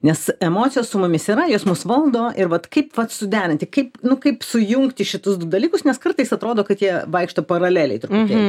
nes emocijos su mumis yra jos mus valdo ir vat kaip vat suderinti kaip nu kaip sujungti šitus du dalykus nes kartais atrodo kad jie vaikšto paraleliai truputėlį